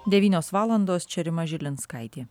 devynios valandos čia rima žilinskaitė